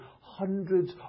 hundreds